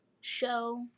show